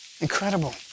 Incredible